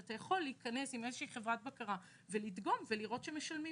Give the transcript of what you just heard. שאתה יכול להיכנס עם איזו חברת בקרה ולדגום ולראות שמשלמים.